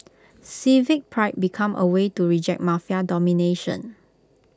civic pride become A way to reject Mafia domination